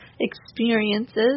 experiences